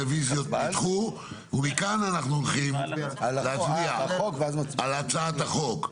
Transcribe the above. הרביזיות נדחו ומכאן אנחנו הולכים להצביע על הצעת החוק.